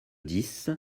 dix